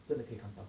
真的可以看到